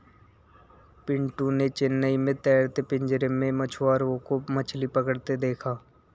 पिंटू ने चेन्नई में तैरते पिंजरे में मछुआरों को मछली पकड़ते देखा